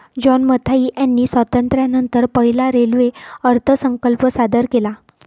John Mathai यांनी स्वातंत्र्यानंतर पहिला रेल्वे अर्थसंकल्प सादर केला